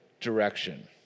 direction